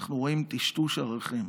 אנחנו רואים טשטוש ערכים.